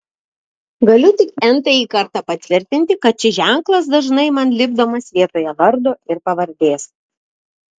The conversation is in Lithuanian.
galiu tik n tąjį kartą patvirtinti kad šis ženklas dažnai man lipdomas vietoje vardo ir pavardės